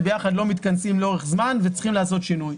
ביחד לא מתכנסים לאורך זמן וצריכים לעשות שינוי.